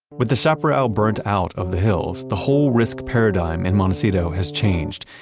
with the chaparral burnt out of the hills, the whole risk paradigm in montecito has changed,